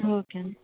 okay అండి